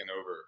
over